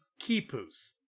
Kipus